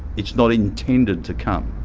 it's not intended to come.